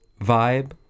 vibe